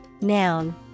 noun